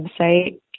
website